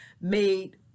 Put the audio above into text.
made